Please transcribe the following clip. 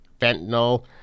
fentanyl